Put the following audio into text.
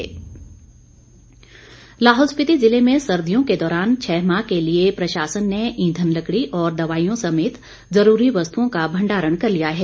लाहौल लाहौल स्पीति जिले में सर्दियों के दौरान छः माह के लिए प्रशासन ने ईंधन लकड़ी और दवाईयों समेत जरूरी वस्तुओं का भंडारण कर लिया है